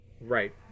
Right